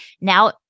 now